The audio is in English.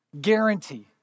Guarantee